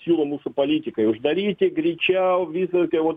siūlo mūsų politikai uždaryti greičiau visi tie vot